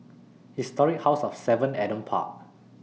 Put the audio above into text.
Historic House of seven Adam Park